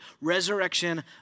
resurrection